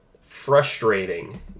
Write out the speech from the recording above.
frustrating